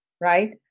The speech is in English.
right